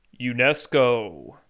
UNESCO